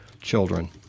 children